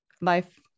life